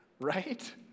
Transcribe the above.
right